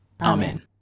Amen